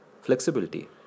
Flexibility